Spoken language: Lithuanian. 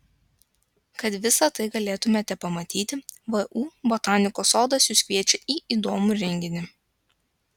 kad visa tai galėtumėte pamatyti vu botanikos sodas jus kviečia į įdomų renginį